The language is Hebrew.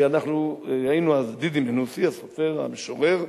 היינו אז דידי מנוסי, הסופר, המשורר,